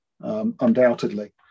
Undoubtedly